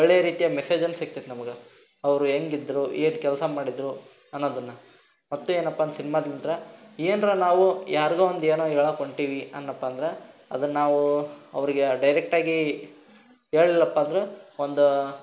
ಒಳ್ಳೆಯ ರೀತಿಯ ಮೆಸೇಜನ್ನು ಸಿಕ್ತದೆ ನಮ್ಗೆ ಅವರು ಹೇಗಿದ್ರು ಏನು ಕೆಲಸ ಮಾಡಿದರು ಅನ್ನೋದನ್ನ ಮತ್ತು ಏನಪ್ಪ ಸಿನ್ಮಾದಿಂತ ಏನರಾ ನಾವು ಯಾರಿಗೋ ಒಂದು ಏನೋ ಹೇಳೋಕ್ ಹೊಂಟೀವಿ ಅಂದೆನಪ್ಪ ಅಂದ್ರೆ ಅದನ್ನು ನಾವು ಅವರಿಗೆ ಡೈರೆಕ್ಟಾಗಿ ಹೇಳಿಲ್ಲಪ್ಪ ಅಂದರೂ ಒಂದು